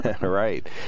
Right